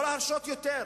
לא להרשות יותר.